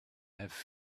have